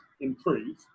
improve